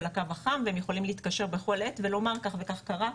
הקו החם והם יכולים להתקשר בכל עת ולומר ככה וככה קרה.